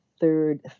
third